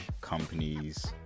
companies